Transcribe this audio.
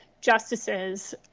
justices